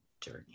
journey